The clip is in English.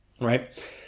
right